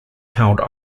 held